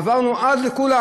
עברנו לכולם.